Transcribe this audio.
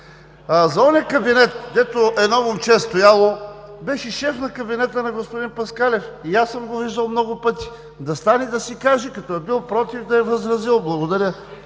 За онзи кабинет, дето едно момче стояло, беше шеф на кабинета на господин Паскалев. И аз съм го виждал много пъти. Да стане и да си каже. Като е бил против, да е възразил. Благодаря.